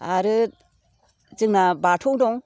आरो जोंना बाथौ दं